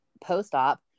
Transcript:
post-op